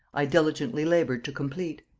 i diligently labored to complete.